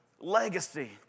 legacy